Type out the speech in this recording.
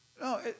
No